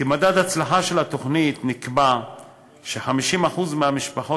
כמדד הצלחה של התוכנית נקבע ש-50% מהמשפחות